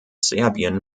serbien